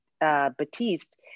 Batiste